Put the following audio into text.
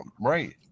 right